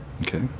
Okay